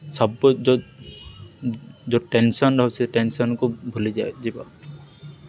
ସବୁ ଯେଉଁ ଯେଉଁ ଟେନସନ୍ ଅଛି ସେ ଟେନସନ୍କୁ ଭୁଲିଯାଇ ଯିବ